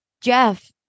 jeff